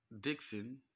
Dixon